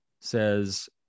says